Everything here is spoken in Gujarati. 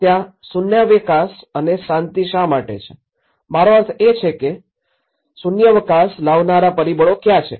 ત્યાં શુન્યાવકાશ અને શાંતિ શા માટે છે મારો અર્થ એ છે કે આ શુન્યાવકાશ લાવનારા પરિબળો કયા છે